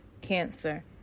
Cancer